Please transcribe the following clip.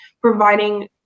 providing